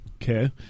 Okay